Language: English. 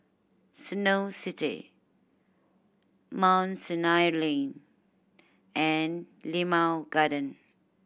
Snow City Mount Sinai Lane and Limau Garden